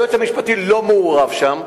היועץ המשפטי לא מעורב שם,